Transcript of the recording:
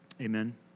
Amen